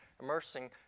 immersing